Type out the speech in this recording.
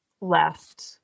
left